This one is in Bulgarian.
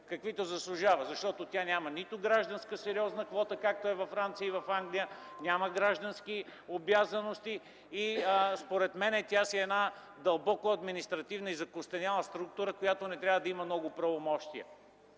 каквито заслужава, защото тя няма сериозна гражданска квота, както е във Франция и Англия, няма граждански обязаности. Според мен тя е дълбоко административно закостеняла структура, която не трябва да има много правомощия.